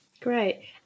Great